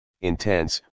intense